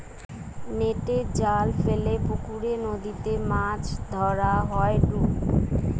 নেটের জাল ফেলে পুকরে, নদীতে মাছ ধরা হয়ঢু